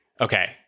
Okay